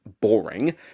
Boring